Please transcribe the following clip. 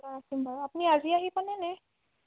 বাৰু আপুনি আজি আহি পালে নে